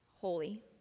holy